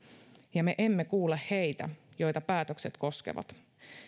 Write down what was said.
ja me emme kuule heitä joita päätökset koskevat